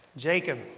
Jacob